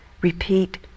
repeat